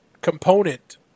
component